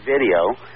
video